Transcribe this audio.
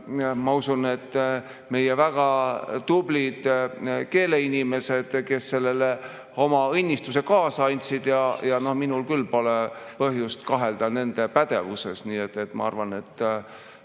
ma usun, meie väga tublid keeleinimesed, kes sellele oma õnnistuse kaasa andsid, ja minul küll pole põhjust kahelda nende pädevuses. Siin tublid eesti